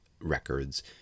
records